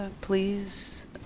please